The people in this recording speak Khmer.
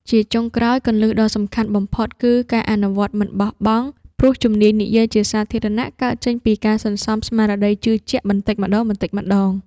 ជាចុងក្រោយ គន្លឹះដ៏សំខាន់បំផុតគឺការអនុវត្តមិនបោះបង់ ព្រោះជំនាញនិយាយជាសាធារណៈកើតចេញពីការសន្សំស្មារតីជឿជាក់បន្តិចម្ដងៗ។